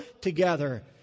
together